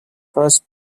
first